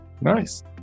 Nice